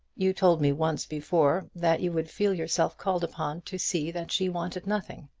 you told me once before that you would feel yourself called upon to see that she wanted nothing.